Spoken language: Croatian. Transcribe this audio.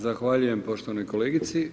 Zahvaljujem poštovanoj kolegici.